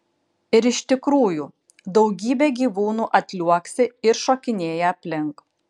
ir iš tikrųjų daugybė gyvūnų atliuoksi ir šokinėja aplink